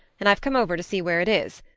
and i've come over to see where it is.